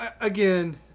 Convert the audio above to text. again